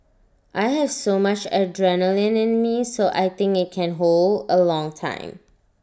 I have so much adrenaline in me so I think IT can hold A long time